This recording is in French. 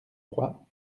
trois